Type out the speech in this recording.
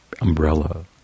umbrella